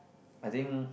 I think